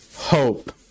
hope